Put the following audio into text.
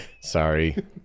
Sorry